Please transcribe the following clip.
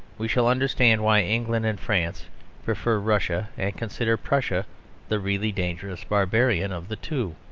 we shall understand why england and france prefer russia and consider prussia the really dangerous barbarian of the two.